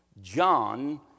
John